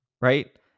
right